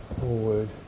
forward